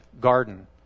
garden